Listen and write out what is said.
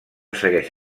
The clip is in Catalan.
segueix